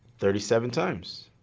thirty seven times.